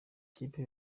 ikipe